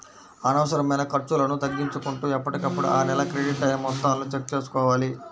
అనవసరమైన ఖర్చులను తగ్గించుకుంటూ ఎప్పటికప్పుడు ఆ నెల క్రెడిట్ అయిన మొత్తాలను చెక్ చేసుకోవాలి